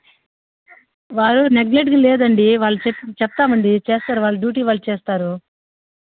వాళ్ళు నెగ్లెట్గా లేరండి వాళ్ళ చెప్తామండి వాళ్ళ డ్యూటీ వాళ్ళు చేస్తారు